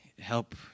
help